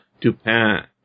Dupin